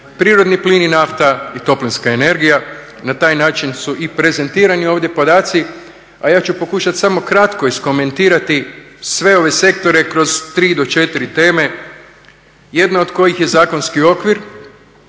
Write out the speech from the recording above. prirodni plin i nafta i toplinska energija na taj način su i prezentirani ovdje podaci. A ja ću pokušati samo kratko iskomentirati sve ove sektore kroz 3 do 4 teme jedna od kojih je zakonski okvir.